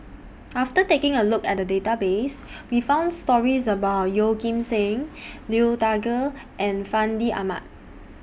after taking A Look At The Database We found stories about Yeoh Ghim Seng Liu Thai Ker and Fandi Ahmad